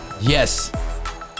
Yes